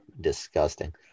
disgusting